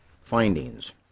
findings